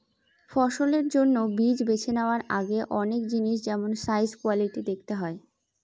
ফসলের জন্য বীজ বেছে নেওয়ার আগে অনেক জিনিস যেমল সাইজ, কোয়ালিটি দেখতে হয়